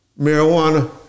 marijuana